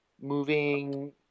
moving